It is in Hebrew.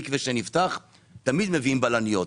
מקווה שנפתח תמיד מביאים בלניות.